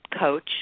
coach